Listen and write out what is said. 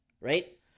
right